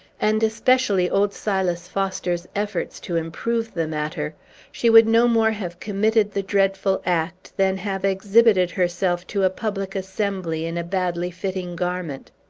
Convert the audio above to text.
and especially old silas foster's efforts to improve the matter she would no more have committed the dreadful act than have exhibited herself to a public assembly in a badly fitting garment!